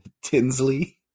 tinsley